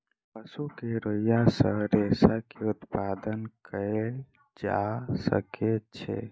पशु के रोईँयाँ सॅ रेशा के उत्पादन कयल जा सकै छै